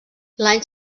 l’any